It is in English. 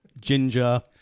Ginger